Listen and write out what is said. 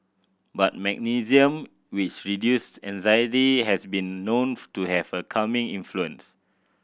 but magnesium which reduce anxiety has been known to have a calming influence